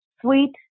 sweet